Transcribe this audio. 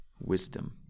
wisdom